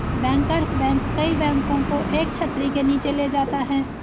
bankers bank कई बैंकों को एक छतरी के नीचे ले जाता है